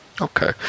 Okay